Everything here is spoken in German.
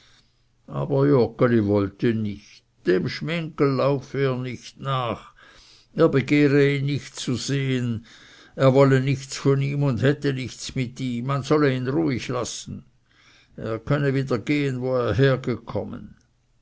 aber joggeli wollte nicht dem schminggel laufe er nicht nach er begehre ihn nicht zu sehen er wolle nichts von ihm und hätte nichts mit ihm man solle ihn ruhig lassen er könne wieder gehen wo er hergekommen